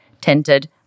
tinted